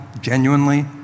genuinely